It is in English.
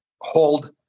hold